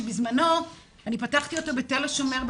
שבזמנו פתחתי אותו בתל-השומר,